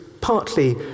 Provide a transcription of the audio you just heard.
partly